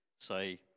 say